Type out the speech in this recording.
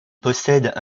possède